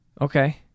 Okay